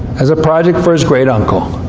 as a project for his great-uncle.